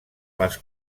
les